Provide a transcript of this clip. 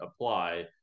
apply